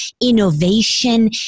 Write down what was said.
innovation